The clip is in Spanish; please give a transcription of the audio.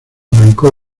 arrancó